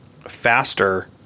faster